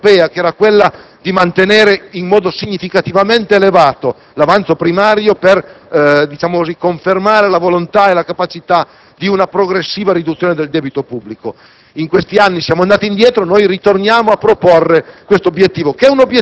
riguardo, che esisteva un impegno informale assunto dall'Italia in sede europea, che era quello di mantenere in modo significativamente elevato l'avanzo primario per riconfermare la volontà e la capacità di una progressiva riduzione del debito pubblico.